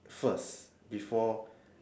first before